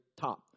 top